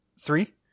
Three